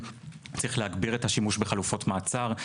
צריך להגביר את השימוש בחלופות מעצר,